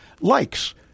likes